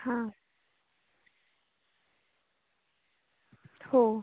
हां हो